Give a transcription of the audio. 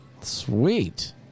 Sweet